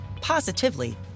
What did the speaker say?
positively